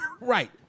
Right